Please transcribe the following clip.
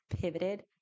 pivoted